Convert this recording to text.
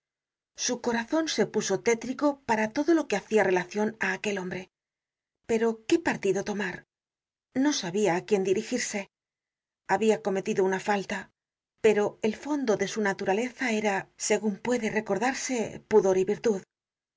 su corazon se puso tétrico para todo lo que hacia relacion á aquel hombre pero qué partido tomar no sabia á quién dirigirse habia cometido una falta pero el fondo de su naturaleza era segun puede recordarse pudor y virtud